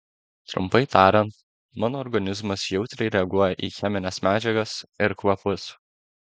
trumpai tariant mano organizmas jautriai reaguoja į chemines medžiagas ir kvapus